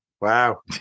Wow